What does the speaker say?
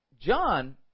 John